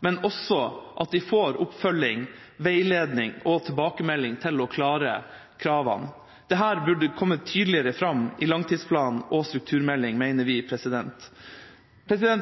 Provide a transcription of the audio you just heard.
men også at de får oppfølging, veiledning og tilbakemelding for å klare kravene. Dette burde ha kommet tydeligere fram i langtidsplanen og strukturmeldinga, mener vi.